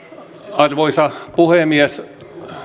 arvoisa puhemies